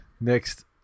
Next